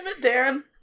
Darren